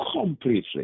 completely